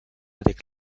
avec